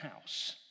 house